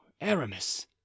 Aramis